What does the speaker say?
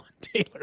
Taylor